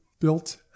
built